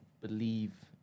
believe